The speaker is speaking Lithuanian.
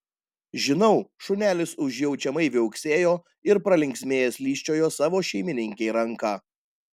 žinau šunelis užjaučiamai viauksėjo ir pralinksmėjęs lyžčiojo savo šeimininkei ranką